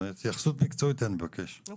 אני מבקש התייחסות מקצועית.